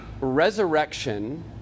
resurrection